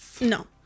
No